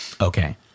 Okay